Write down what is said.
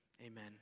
Amen